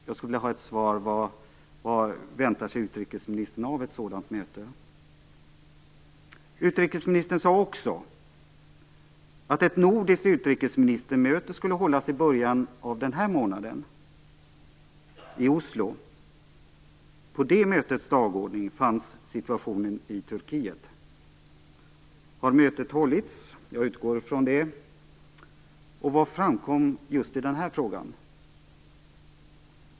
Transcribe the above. Jag skulle vilja veta vad utrikesministern väntar sig av ett sådant möte. Utrikesministern sade också att ett nordiskt utrikesministermöte skulle hållas i början av denna månad i Oslo. På de mötets dagordning stod situationen i Turkiet. Har mötet hållits? Jag utgår ifrån det. Vad framkom i just den här frågan?